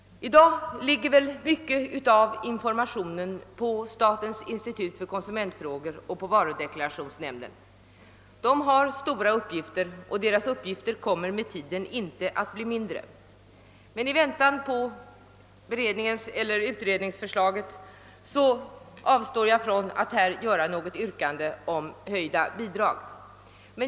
I dag ligger mycket av informationen på statens institut för konsumentfrågor och på varudeklarationsnämnden. De har stora uppgifter och dessa kommer med tiden inte att bli mindre. I väntan på utredningsförslaget avstår jag emellertid från att framställa något yrkande om höjda bidrag.